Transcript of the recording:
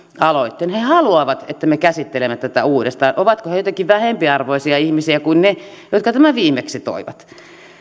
aloitteen he haluavat että me käsittelemme tätä uudestaan ovatko he jotenkin vähempiarvoisia ihmisiä kuin ne jotka tämän viimeksi toivat